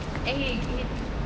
then he quit